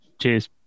Cheers